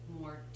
more